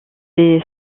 des